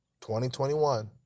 2021